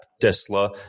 Tesla